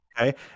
okay